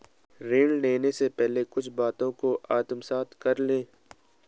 ऋण लेने से पहले कुछ बातों को आत्मसात कर लें